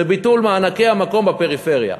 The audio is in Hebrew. זה ביטול מענקי המקום בפריפריה.